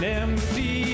empty